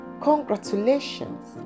Congratulations